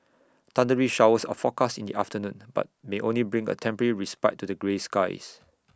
thundery showers are forecast in the afternoon but may only bring A temporary respite to the grey skies